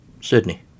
Sydney